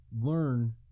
learn